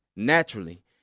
Naturally